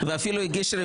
ואפילו הגיש רביזיה.